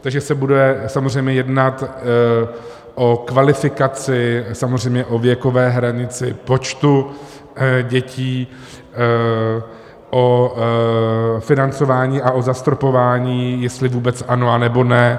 Takže se bude samozřejmě jednat o kvalifikaci, samozřejmě o věkové hranici, počtu dětí, o financování a o zastropování, jestli vůbec ano, anebo ne.